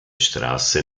straße